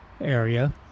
area